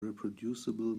reproducible